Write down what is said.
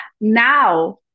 now